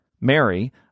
Mary